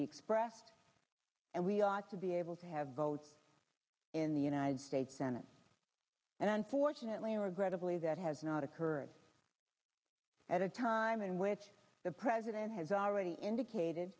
expressed and we ought to be able to have votes in the united states senate and unfortunately regrettably that has not occurred at a time in which the president has already indicated